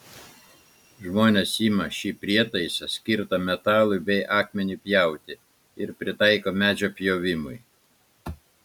žmonės ima šį prietaisą skirtą metalui bei akmeniui pjauti ir pritaiko medžio pjovimui